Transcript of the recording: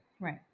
Right